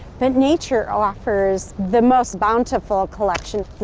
but nature offers the most bountiful collection.